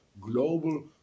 global